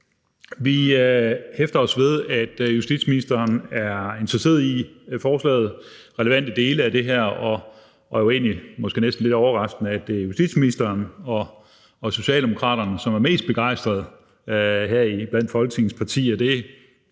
Vi hæfter os ved, at justitsministeren er interesseret i relevante dele af forslaget, og måske næsten lidt overraskende er det justitsministeren og Socialdemokraterne, som er mest begejstrede blandt Folketingets partier. Det